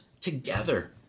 together